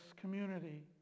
community